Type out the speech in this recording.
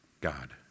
God